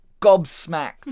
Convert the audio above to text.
gobsmacked